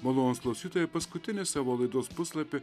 malonūs klausytojai paskutinį savo laidos puslapį